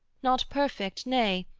not perfect, nay,